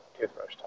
toothbrush